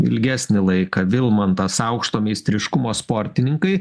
ilgesnį laiką vilmantas aukšto meistriškumo sportininkai